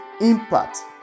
impact